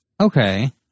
Okay